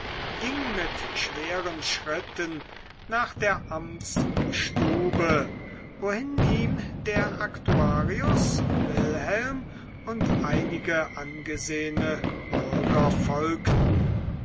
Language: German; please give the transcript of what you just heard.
ging mit schweren schritten nach der amtsstube wohin ihm der aktuarius wilhelm und einige angesehene bürger folgten